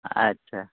अच्छा